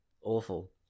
awful